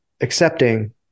accepting